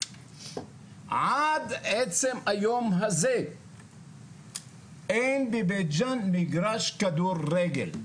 עד עצם היום הזה בבית ג'אן מגרש כדורגל.